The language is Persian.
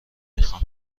میخان